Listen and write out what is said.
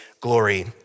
glory